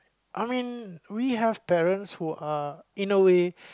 I mean we have parents who are in a way